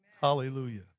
Hallelujah